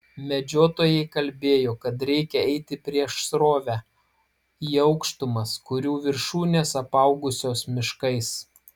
medžiotojai kalbėjo kad reikią eiti prieš srovę į aukštumas kurių viršūnės apaugusios miškais